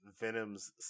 Venom's